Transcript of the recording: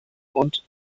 und